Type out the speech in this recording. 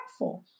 impactful